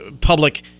public